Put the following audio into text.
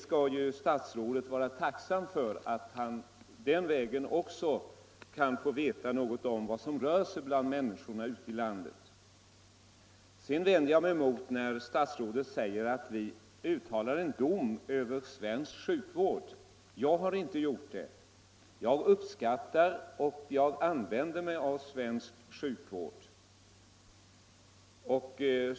Statsrådet skall vara tacksam för att han den vägen också kan få veta något om vad som rör sig bland människorna ute i landet. Jag vänder mig mot vad statsrådet sade om att vi uttalar en dom över svensk sjukvård. Jag har inte gjort det. Jag uppskattar och använder mig av svensk sjukvård.